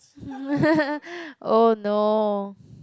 oh no